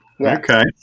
Okay